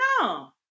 No